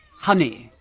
honey.